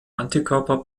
antikörper